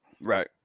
Right